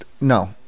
No